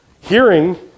Hearing